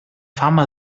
fama